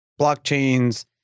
blockchains